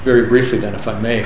very briefly then if i may